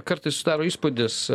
kartais susidaro įspūdis